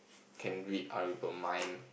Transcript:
can read other people mind